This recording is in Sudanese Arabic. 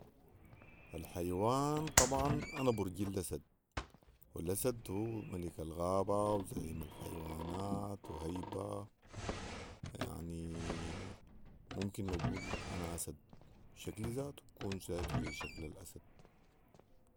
الحيوان طبعا انا برجي الاسد والاسد هو ملك الغابه وزعيم الحيوانات وهيبه يعني ممكن نقول انا اسد شكلي زاتو بيكون زاتوا ذي شكل الاسد